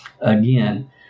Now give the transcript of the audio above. Again